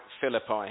Philippi